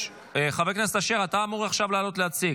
חבר הכנסת אשר, אתה אמור עכשיו לעלות להציג.